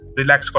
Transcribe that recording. relax